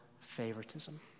favoritism